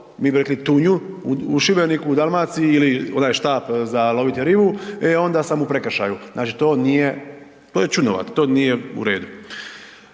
mi bi rekli tunju u Šibeniku, u Dalmaciji ili onaj štap za loviti ribu, e onda sam u prekršaju. Znači to nije, to je čudnovato, to nije u redu.